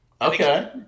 Okay